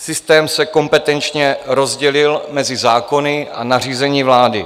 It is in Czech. Systém se kompetenčně rozdělil mezi zákony a nařízení vlády.